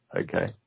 Okay